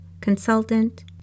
consultant